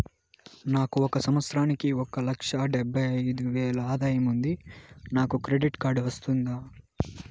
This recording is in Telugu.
నాకు ఒక సంవత్సరానికి ఒక లక్ష డెబ్బై అయిదు వేలు ఆదాయం ఉంది నాకు క్రెడిట్ కార్డు వస్తుందా?